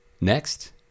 next